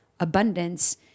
Abundance